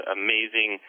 amazing